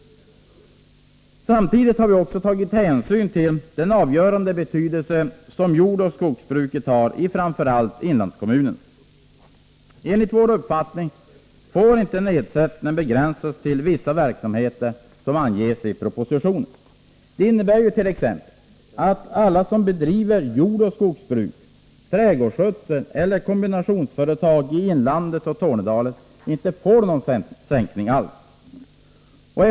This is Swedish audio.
Samtidigt har vi tagit hänsyn till den avgörande betydelse som jordoch skogsbruket har i framför allt inlandskommunerna. Enligt vår uppfattning får inte nedsättningen begränsas till vissa verksamheter som anges i propositionen. Det innebär ju t.ex. att alla de som bedriver jordoch skogsbruk, trädgårdsskötsel eller kombinationsföretag i inlandet och Tornedalen inte får någon sänkning av avgifterna.